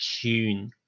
tune